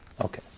Okay